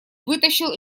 вытащил